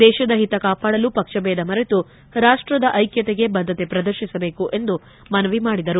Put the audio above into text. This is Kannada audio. ದೇಶದ ಹಿತ ಕಾಪಾಡಲು ಪಕ್ಷಬೇಧ ಮರೆತು ರಾಷ್ಪದ ಐಕ್ಕತೆಗೆ ಬದ್ದತೆ ಪ್ರದರ್ಶಿಸಬೇಕು ಎಂದು ಮನವಿ ಮಾಡಿದರು